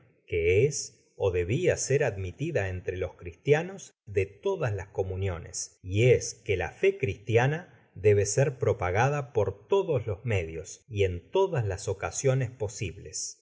que es ó debia ser admitida entre los cristianos de todas las comuniones y es que la fe cristiana debe ser propagada por todos los medios y en todas las ocasiones posibles